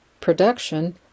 production